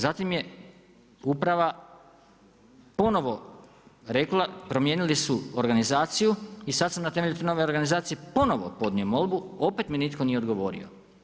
Zatim je uprava ponovno rekla, promijenili su organizaciju i sad sam na temelju te nove organizacije ponovno podnio molbu, opet mi nitko nije odgovorio.